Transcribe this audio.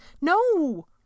No